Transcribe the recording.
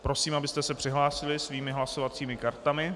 Prosím, abyste se přihlásili svými hlasovacími kartami.